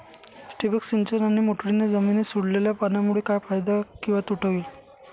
ठिबक सिंचन आणि मोटरीने जमिनीत सोडलेल्या पाण्यामुळे काय फायदा किंवा तोटा होईल?